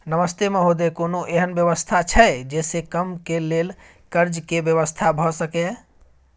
नमस्ते महोदय, कोनो एहन व्यवस्था छै जे से कम के लेल कर्ज के व्यवस्था भ सके ये?